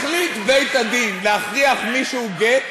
החליט בית-הדין להכריח מישהו לתת גט,